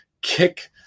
kick